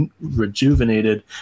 rejuvenated